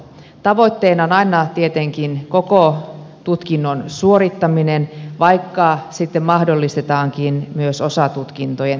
tavoitteena on aina tietenkin koko tutkinnon suorittaminen vaikka sitten mahdollistetaankin myös osatutkintojen tekeminen